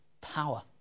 power